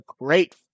great